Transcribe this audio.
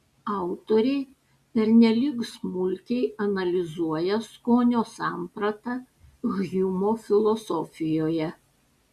autoriai pernelyg smulkiai analizuoja skonio sampratą hjumo filosofijoje